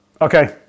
Okay